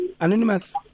anonymous